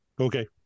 Okay